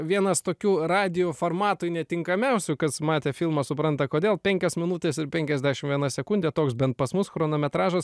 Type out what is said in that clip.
vienas tokių radijo formatui netinkamiausių kas matė filmą supranta kodėl penkias minutes ir penkiasdešimt viena sekundė toks bent pas mus chronometražas